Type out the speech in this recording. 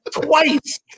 Twice